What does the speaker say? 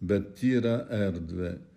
bet yra erdvė